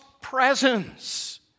presence